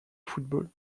football